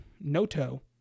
Noto